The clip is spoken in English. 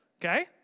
okay